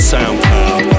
Soundcloud